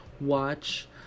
watch